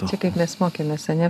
čia kaip mes mokėmės ane